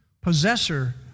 possessor